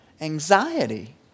anxiety